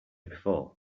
before